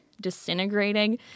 disintegrating